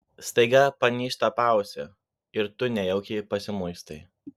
staiga panyžta paausį ir tu nejaukiai pasimuistai